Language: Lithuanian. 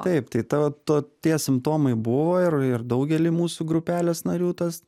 taip tai ta to tie simptomai buvo ir ir daugelį mūsų grupelės narių tas